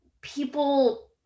people